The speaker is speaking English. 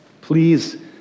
Please